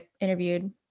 interviewed